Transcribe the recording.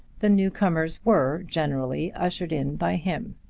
the new-comers were generally ushered in by him.